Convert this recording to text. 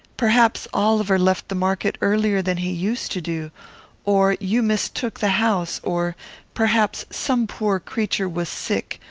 perhaps oliver left the market earlier than he used to do or you mistook the house or perhaps some poor creature was sick,